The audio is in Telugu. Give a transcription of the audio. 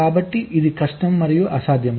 కాబట్టి ఇది కష్టం మరియు అసాధ్యం